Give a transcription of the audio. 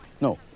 No